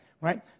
right